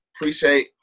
appreciate